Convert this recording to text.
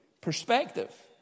perspective